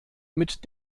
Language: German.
mit